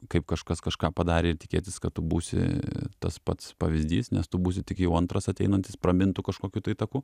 kaip kažkas kažką padarė ir tikėtis kad tu būsi tas pats pavyzdys nes tu būsi tik jau antras ateinantis pramintu kažkokiu tai taku